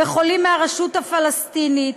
בחולים מהרשות הפלסטינית,